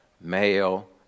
male